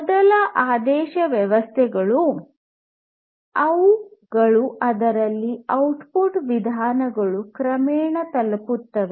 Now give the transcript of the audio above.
ಮೊದಲ ಆದೇಶ ವ್ಯವಸ್ಥೆಗಳು ಅವುಗಳು ಅದರಲ್ಲಿ ಔಟ್ಪುಟ್ ವಿಧಾನಗಳು ಕ್ರಮೇಣ ತಲುಪುತ್ತವೆ